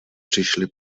přišli